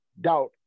doubt